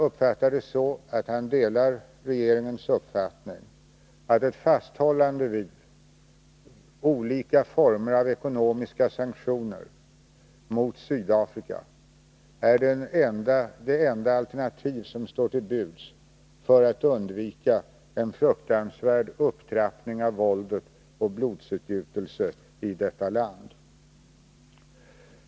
Såvitt jag förstod delade han regeringens uppfattning att ett fasthållande vid olika former av ekonomiska sanktioner mot Sydafrika är det enda alternativ som står till buds för att undvika en fruktansvärd upptrappning av våldet och blodsutgjutelsen i detta land.